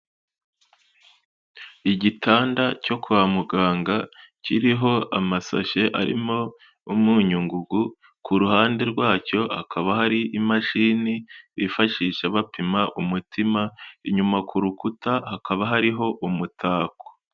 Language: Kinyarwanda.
Igitanda cyo kwa muganga kiriho amasashe arimo umunyu ngugu ku ruhande rwacyo hakaba hari imashini bifashisha bapima umutima, inyuma ku rukuta hakaba hariho umutako.